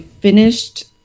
finished